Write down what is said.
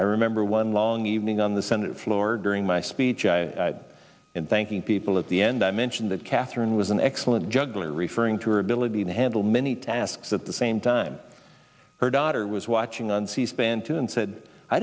i remember one long evening on the senate floor during my speech and thanking people at the end i mentioned that katharine was an excellent juggler referring to her ability to handle many tasks at the same time her daughter was watching on c span too and said i